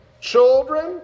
Children